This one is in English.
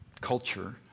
culture